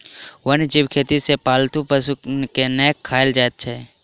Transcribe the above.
वन्य जीव खेती मे पालतू पशु के नै राखल जाइत छै